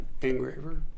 Engraver